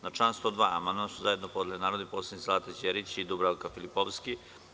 Na član 102. amandman su zajedno podnele narodne poslanice Zlata Đerić i Dubravka Filipovski.